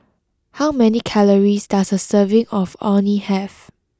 how many calories does a serving of Orh Nee have